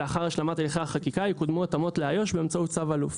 לאחר השלמת הליכי החקיקה יקודמו התאמות לאיו"ש באמצעות צו אלוף".